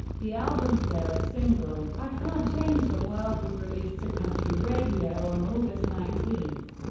the album's third single, i can't change the world, was released to country radio on august nineteen,